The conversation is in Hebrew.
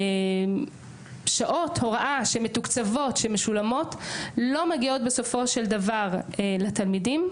ששעות הוראה שמתוקצבות ומשולמות לא מגיעות בסופו של דבר לתלמידים.